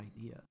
idea